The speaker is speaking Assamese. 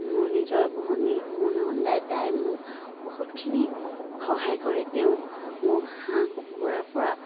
মোৰ নিজৰ ভনী মোৰ নন্দাই তাই মোক বহুতখিনি সহায় কৰে তেওঁ মোক হাঁহ কুকুৰাৰপৰা